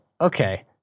Okay